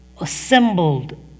assembled